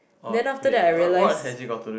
then after that I realise